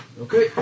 Okay